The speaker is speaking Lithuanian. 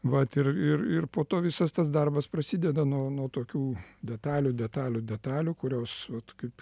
vat ir ir ir po to visas tas darbas prasideda nuo nuo tokių detalių detalių detalių kurios vat kaip